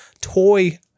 toy